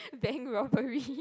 bank robbery